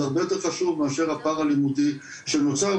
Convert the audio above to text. זה הרבה יותר חשוב מאשר הפער הלימודי שנוצר,